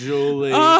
Julie